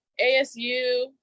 ASU